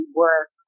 work